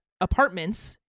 apartments